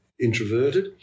introverted